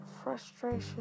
Frustration